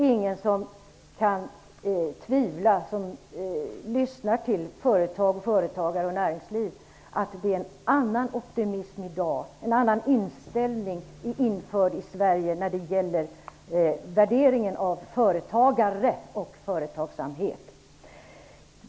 Ingen som lyssnar till företagare och näringsliv kan tvivla på att det i dag råder en annan optimism och en annan inställning när det gäller värderingen av svenska företagare och svensk företagsamhet.